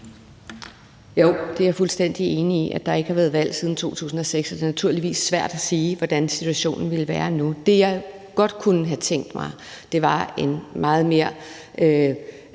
Jo, jeg er fuldstændig enig i, at der ikke har været valg siden 2006, og det er naturligvis svært at sige, hvordan situationen ville være nu. Det, jeg godt kunne have tænkt mig, var en meget større